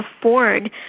afford